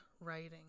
writing